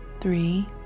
three